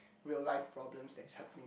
real life problems that is happening